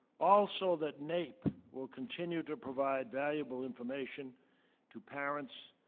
also that naep will continue to provide valuable information to parents,